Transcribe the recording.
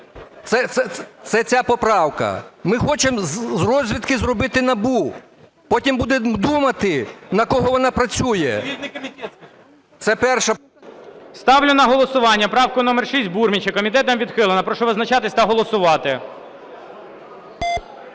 Це ця поправка. Ми хочемо з розвідки зробити НАБУ, потім будемо думати, на кого вона працює. Це перша... ГОЛОВУЮЧИЙ. Ставлю на голосування правку номер 6 Бурміча. Комітетом відхилена. Прошу визначатися та голосувати.